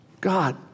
God